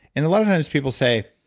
and a lot of times people say,